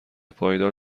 پایدار